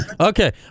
okay